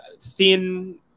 thin